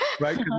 right